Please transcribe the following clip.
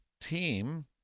team